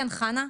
כן, חנה.